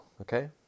okay